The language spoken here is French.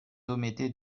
omettez